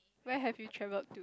where have you travelled